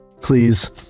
please